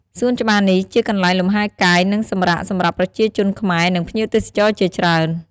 សួនច្បារនេះជាកន្លែងលំហែកាយ និងសម្រាកសម្រាប់ប្រជាជនខ្មែរ និងភ្ញៀវទេសចរជាច្រើន។